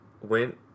went